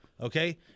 Okay